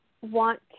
want